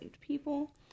people